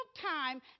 time